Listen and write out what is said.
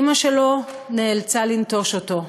אימא שלו נאלצה לנטוש אותו,